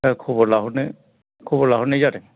खबर लाहरनाय जादों